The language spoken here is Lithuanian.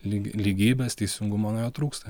lyg lygybės teisingumo na jo trūksta